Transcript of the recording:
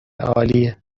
عالیه